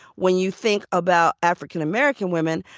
when you think about african-american women,